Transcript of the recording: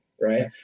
right